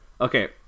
okay